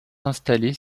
installés